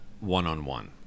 one-on-one